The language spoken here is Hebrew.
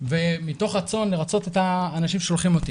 ומתוך רצון לרצות את האנשים ששולחים אותי